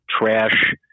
trash